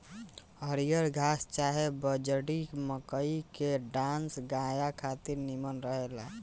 हरिहर घास चाहे बजड़ी, मकई के डांठ गाया खातिर निमन रहेला